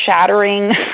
shattering